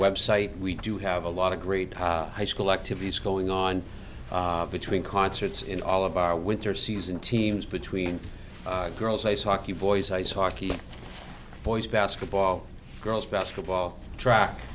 website we do have a lot of great high school activities going on between concerts in all of our winter season teams between our girls ice hockey boys ice hockey boys basketball girls basketball